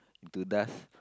into dust